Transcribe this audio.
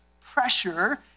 pressure